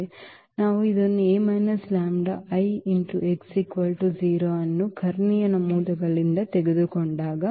ನಾವು ಇದನ್ನು A λI x 0 ಅನ್ನು ಕರ್ಣೀಯ ನಮೂದುಗಳಿಂದ ತೆಗೆದುಕೊಂಡಾಗ